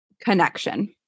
connection